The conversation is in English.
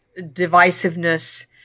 divisiveness